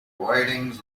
writings